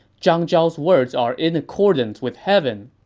zhang zhao's words are in accordance with heaven.